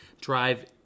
drive